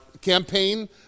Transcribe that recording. campaign